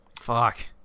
Fuck